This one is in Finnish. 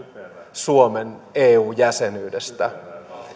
suomen eu jäsenyydestä